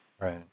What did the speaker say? Right